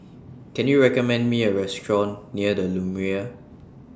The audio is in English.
Can YOU recommend Me A Restaurant near The Lumiere